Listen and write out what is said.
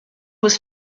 was